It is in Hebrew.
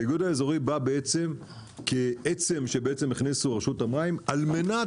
התאגוד האזורי בא כעצם שהכניסה רשות המים על מנת